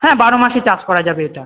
হ্যাঁ বারো মাসই চাষ করা যাবে এটা